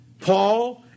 Paul